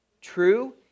True